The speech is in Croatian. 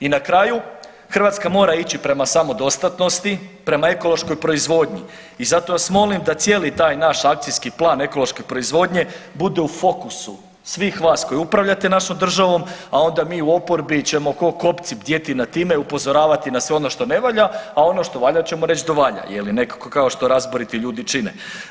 I na kraju, Hrvatska mora ići prema samodostatnosti, prema ekološkoj proizvodnji i zato vas molim da cijeli taj naš akcijski plan ekološke proizvodnje bude u fokusu svih vas koji upravljate našom državom, a onda mi u oporbi ćemo ko' kobci bdjeti nad time, upozoravati na sve ono što ne valja a ono što valja ćemo reći da valja je li nekako kao što razboriti ljudi čine.